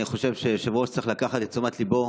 אני חושב שהיושב-ראש צריך לקחת לתשומת ליבו